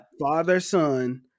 father-son